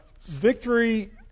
Victory